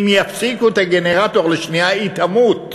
אם יפסיקו את הגנרטור לשנייה, היא תמות.